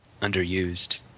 underused